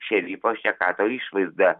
šeryfo šekato išvaizdą